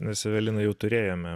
mes eveliną jau turėjome